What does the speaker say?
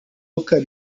walker